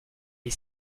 est